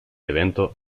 evento